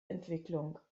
entwicklung